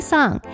Song